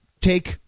take